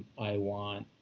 i want